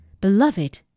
beloved